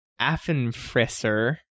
Affenfrisser